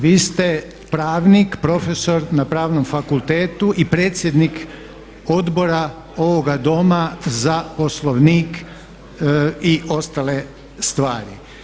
Vi ste pravnik, profesor na Pravnom fakultetu i predsjednik Odbora ovoga Doma za Poslovnik i ostale stvari.